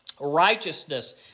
righteousness